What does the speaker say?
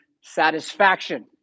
satisfaction